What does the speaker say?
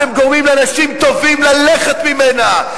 אתם גורמים לאנשים טובים ללכת ממנה.